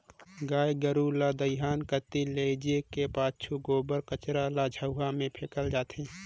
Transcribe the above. गाय गरू ल दईहान कती लेइजे कर पाछू गोबर कचरा ल झउहा मे फेकल जाथे